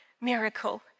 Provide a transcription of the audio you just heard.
miracle